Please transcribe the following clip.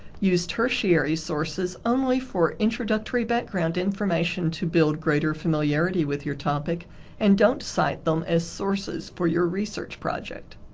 use tertiary sources only for introductory background information to build greater familiarity with your topic and don't cite them as sources for your research project.